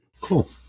Cool